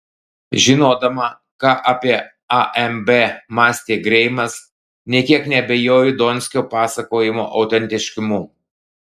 žinodama ką apie amb mąstė greimas nė kiek neabejoju donskio pasakojimo autentiškumu